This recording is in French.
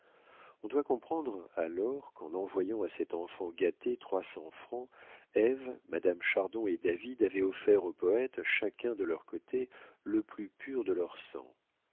on doit comprendre alors qu'en envoyant à cet enfant gâté trois cents francs ève madame chardon et david avaient offert au poète chacun de leur côté le plus pur de leur sang